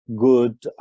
good